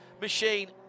machine